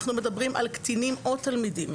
אנחנו מדברים על קטינים או על תלמידים.